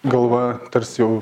galva tarsi jau